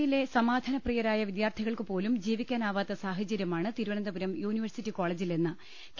യിലെ സമാധാനപ്രിയരായ വിദ്യാർത്ഥികൾക്കു പോലും ജീവിക്കാനാവാത്ത സാഹചര്യമാണ് തിരുവനന്തപുരം യൂണിവേ ഴ്സിറ്റി കോളേജിലെന്ന് കെ